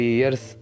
years